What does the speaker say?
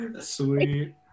Sweet